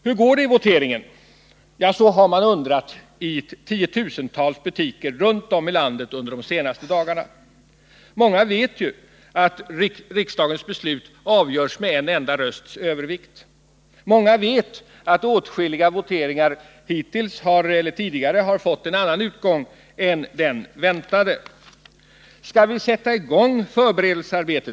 Hur går det vid voteringen? Man har under de senaste dagarna undrat i tiotusentals butiker runt om i landet. Många vet ju att riksdagens beslut avgörs med en enda rösts övervikt, och många vet att åtskilliga voteringar tidigare har fått en annan utgång än den väntade.